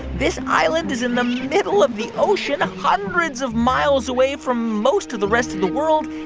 this island is in um the middle of the ocean, hundreds of miles away from most of the rest of the world.